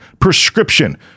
prescription